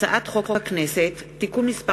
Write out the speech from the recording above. הצעת חוק הכנסת (תיקון מס'